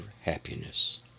happiness